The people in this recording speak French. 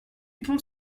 pont